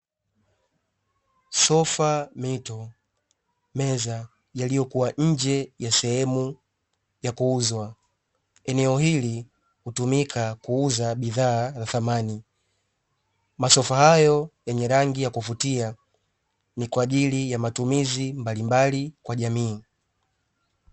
Sofa, mito, meza yaliyokuwa nje ya sehemu ya kuuzwa. Eneo hili hutumika kuuza bidhaa za samani, masofa hayo yenye rangi ya kuvutia ni kwa ajili ya matumizi mbalimbali kwa jamii.